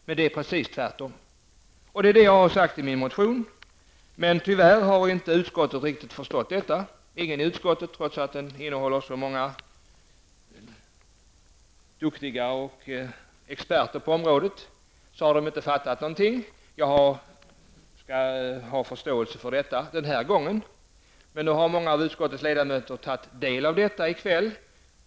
Men det är precis tvärtom. Detta har jag sagt i min motion. Utskottet har tyvärr inte riktigt förstått detta. Trots att utskottet innehåller så många experter på området, har ingen fattat något. Jag har förståelse för detta den här gången. Många av utskottets ledamöter har tagit del av detta i kväll.